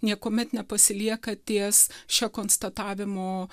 niekuomet nepasilieka ties šia konstatavimo